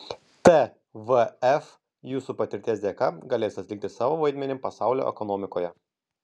tvf jūsų patirties dėka galės atlikti savo vaidmenį pasaulio ekonomikoje